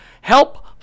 Help